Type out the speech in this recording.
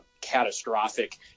catastrophic